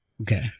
Okay